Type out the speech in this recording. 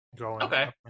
Okay